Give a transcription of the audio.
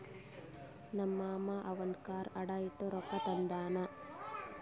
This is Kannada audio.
ನಮ್ ಮಾಮಾ ಅವಂದು ಕಾರ್ ಅಡಾ ಇಟ್ಟಿ ರೊಕ್ಕಾ ತಂದಾನ್